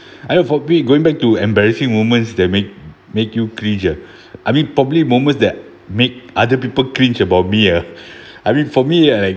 going back to embarrassing moments that make make you cringe ah I mean probably moments that make other people cringe about me ah I mean for me I like